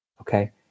Okay